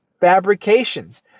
fabrications